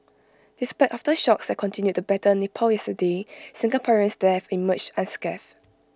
despite aftershocks that continued to batter Nepal yesterday Singaporeans there have emerged unscathed